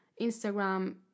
Instagram